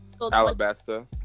Alabasta